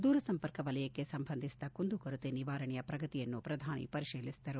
ದೂರ ಸಂಪರ್ಕ ವಲಯಕ್ಷೆ ಸಂಬಂಧಿಸಿದ ಕುಂದು ಕೊರತೆ ನಿವಾರಣೆಯ ಪ್ರಗತಿಯನ್ನು ಶ್ರಧಾನಿ ಪರಿತೀಲಿಸಿದರು